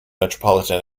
metropolitan